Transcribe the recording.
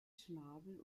schnabel